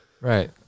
Right